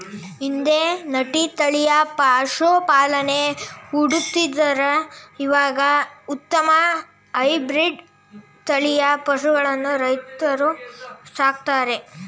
ಹಿಂದೆ ನಾಟಿ ತಳಿಯ ಪಶುಪಾಲನೆ ಮಾಡುತ್ತಿದ್ದರು ಇವಾಗ ಉತ್ತಮ ಹೈಬ್ರಿಡ್ ತಳಿಯ ಪಶುಗಳನ್ನು ರೈತ್ರು ಸಾಕ್ತರೆ